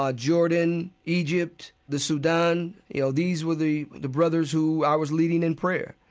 ah jordan, egypt, the sudan, you know, these were the the brothers who i was leading in prayer.